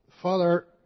Father